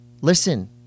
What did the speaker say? Listen